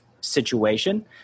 situation